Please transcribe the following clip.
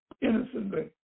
innocently